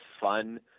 fun